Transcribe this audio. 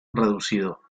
reducido